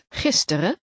gisteren